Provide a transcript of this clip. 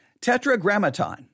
Tetragrammaton